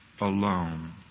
alone